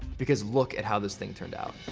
because look at how this thing turned out.